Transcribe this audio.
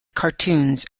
cartoons